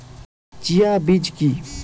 Chia বীজ কী?